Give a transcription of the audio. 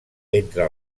entre